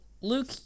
Luke